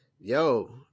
yo